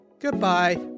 Goodbye